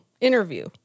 interview